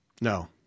No